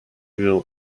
will